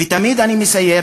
ותמיד אני מסייר,